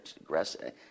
aggressive